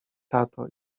tato